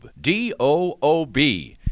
D-O-O-B